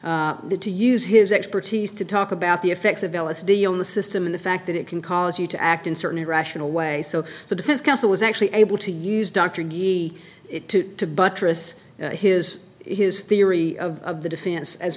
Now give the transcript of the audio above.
that the to use his expertise to talk about the effects of l s d on the system and the fact that it can cause you to act in certain irrational way so the defense counsel was actually able to use dr de it to to buttress his his theory of the defense as